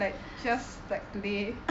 like just like today